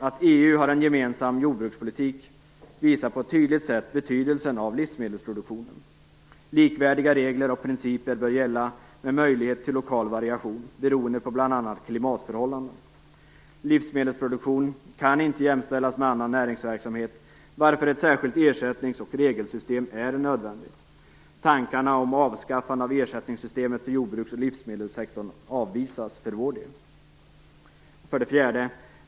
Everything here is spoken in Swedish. Att EU har en gemensam jordbrukspolitik visar på ett tydligt sätt betydelsen av livsmedelsproduktionen. Likvärdiga regler och principer bör gälla, med möjlighet till lokal variation beroende på bl.a. klimatförhållanden. Livsmedelsproduktion kan inte jämställas med annan näringsverksamhet, varför ett särskilt ersättnings och regelsystem är nödvändigt. Tankarna om avskaffande av ersättningssystemet för jordbruks och livsmedelssektorn avvisas för vår del. 5.